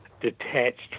detached